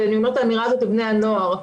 ואני אומרת את האמירה הזאת לבני הנוער,